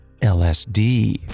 LSD